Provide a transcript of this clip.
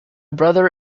brother